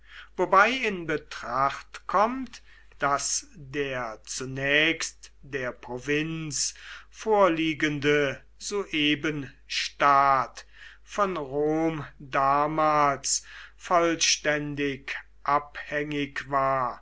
wobei in betracht kommt daß der zunächst der provinz vorliegende suebenstaat von rom damals vollständig abhängig war